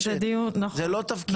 זה לא תפקידה.